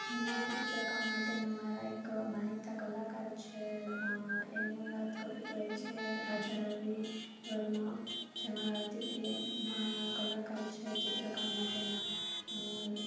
હું ચિત્રકામ માટે હું મારા એક માનીતા કલાકાર છે એની વાત કરું તો એ છે રાજા રવિ વર્મા જેમાં અતિપ્રિય કલાકાર છે ચિત્રકામ માટે ના હું